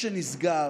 כל עסק שנסגר